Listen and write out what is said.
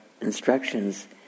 instructions